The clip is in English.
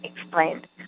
explained